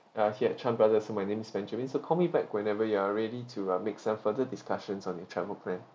uh here at chan brothers so my name is benjamin so call me back whenever you are ready to uh make some further discussions on your travel plan